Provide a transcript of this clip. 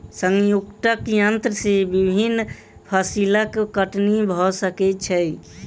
संयुक्तक यन्त्र से विभिन्न फसिलक कटनी भ सकै छै